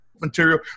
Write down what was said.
material